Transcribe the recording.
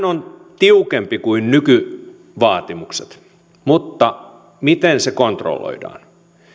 on tiukempi kuin nykyvaatimukset mutta miten se kontrolloidaan